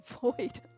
Void